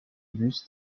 bus